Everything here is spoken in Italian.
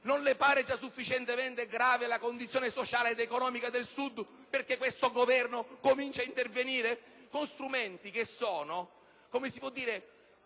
Non le pare già sufficientemente grave la condizione sociale ed economica del Sud perché questo Governo cominci a intervenire con strumenti che sono la semplice